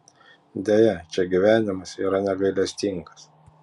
deja čia gyvenimas yra negailestingas